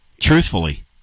truthfully